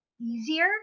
easier